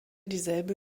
dieselbe